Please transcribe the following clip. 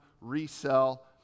resell